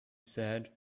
said